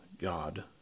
God